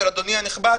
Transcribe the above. של אדוני הנכבד,